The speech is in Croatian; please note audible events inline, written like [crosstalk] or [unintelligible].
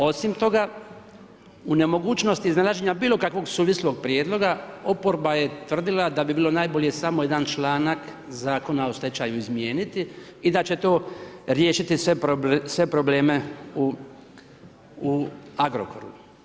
Osim toga, u nemogućnosti ... [unintelligible] bilo kakvog suvislog prijedloga, oporba je tvrdila da bi bilo najbolje samo jedan članak Zakona o stečaju izmijeniti i da će to riješiti sve probleme u Agrokoru.